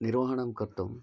निर्वहणं कर्तुम्